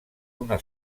una